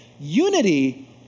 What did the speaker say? unity